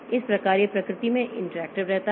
इस प्रकार यह प्रकृति में इंटरेक्टिव रहता है